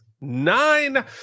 Nine